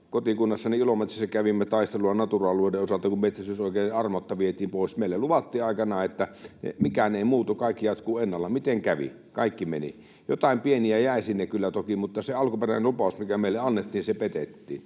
Kotikunnassani Ilomantsissa kävimme taistelua Natura-alueiden osalta, kun metsästysoikeudet armotta vietiin pois. Meille luvattiin aikanaan, että mikään ei muutu, kaikki jatkuu ennallaan. Miten kävi? Kaikki meni. Joitain pieniä jäi sinne kyllä toki, mutta se alkuperäinen lupaus, mikä meille annettiin, petettiin.